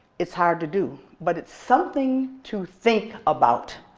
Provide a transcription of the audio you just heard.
it's hard to do, but it's something to think about.